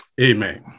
Amen